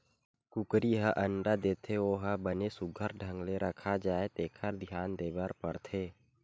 कुकरी ह अंडा देथे ओ ह बने सुग्घर ढंग ले रखा जाए तेखर धियान देबर परथे